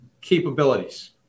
capabilities